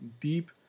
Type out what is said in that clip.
deep